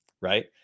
right